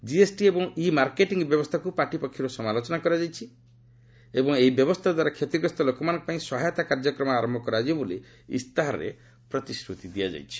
GST ଏବଂ e marketing ବ୍ୟବସ୍ଥାକୁ party ପକ୍ଷରୁ ସମାଲୋଚନା କରାଯାଇଛି ଏବଂ ଏହି ବ୍ୟବସ୍ଥାଦ୍ୱାରା କ୍ଷତିଗ୍ରସ୍ତ ଲୋକମାନଙ୍କପାଇଁ ସହାୟତା କାର୍ଯ୍ୟକ୍ରମ ଆରମ୍ଭ କରାଯିବ ବୋଲି ଇସ୍ତାହାରରେ ପ୍ରତିଶ୍ରତି ଦିଆଯାଇଛି